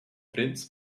prinz